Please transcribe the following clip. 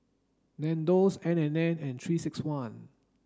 Nandos N and N and three six one